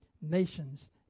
nations